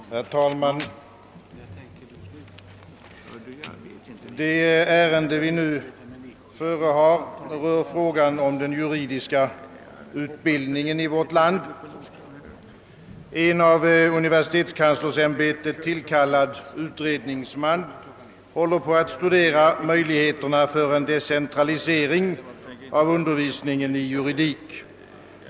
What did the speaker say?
Herr talman! Det ärende vi nu förehar till behandling rör frågan om den juridiska utbildningen i vårt land. En av universitetskanslersämbetet = tillkallad utredningsman håller på att studera möjligheterna till en decentralisering av undervisningen i juridik.